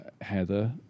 Heather